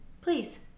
please